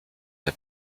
der